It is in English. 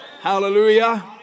Hallelujah